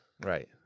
right